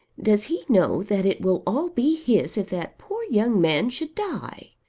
does he know that it will all be his if that poor young man should die?